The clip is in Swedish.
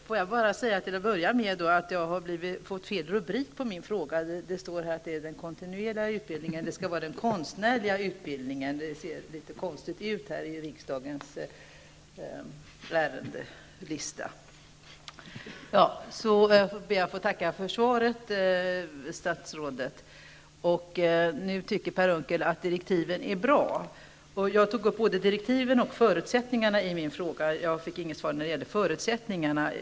Herr talman! Jag vill börja med att påpeka att min fråga har fått fel rubrik i föredragningslistan. Min fråga gäller den konstnärliga utbildningen och inte den kontinuerliga. Det ser litet konstigt ut. Jag ber att få tacka statsrådet för svaret. Per Unckel tycker nu att direktiven är bra. I min fråga tog jag upp både direktiven och förutsättningarna. Jag fick inget svar när det gäller förutsättningarna.